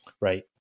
Right